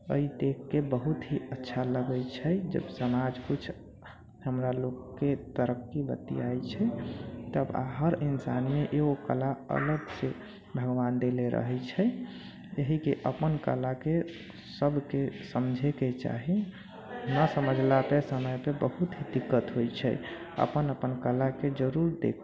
अइ देखके बहुत ही अच्छा लगै छै जब समाज कुछ हमरा लोगके तरफ भी बतियाइ छै तब हर इन्सानमे एगो कला अलग से भगवान देले रहै छै एहिके अपन कलाके सभके समझैके चाही नहि समझला पर समय पर बहुत ही दिक्कत होइ छै अपन अपन कलाके जरूर देखू